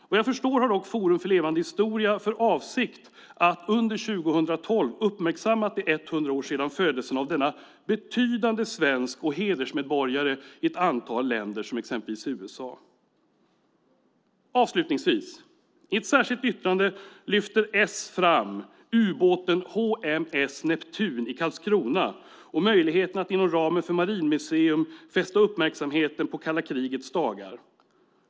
Vad jag förstår har dock Forum för levande historia för avsikt att under 2012 uppmärksamma att det är 100 år sedan födelsen av denna betydande svensk och hedersmedborgare i ett antal länder som exempelvis USA. Avslutningsvis: I ett särskilt yttrande lyfter s fram ubåten HMS Neptun i Karlskrona och möjligheten att inom ramen för Marinmuseum fästa uppmärksamheten på kalla krigets dagar.